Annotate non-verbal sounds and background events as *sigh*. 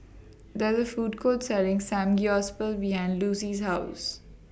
There IS A Food Court Selling *unintelligible* behind Lucy's House